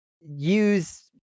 use